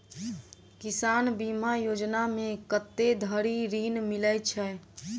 किसान बीमा योजना मे कत्ते धरि ऋण मिलय छै?